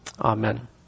amen